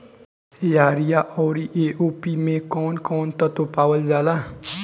Urea औरी AOP मै कौवन कौवन तत्व पावल जाला?